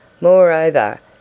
Moreover